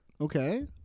Okay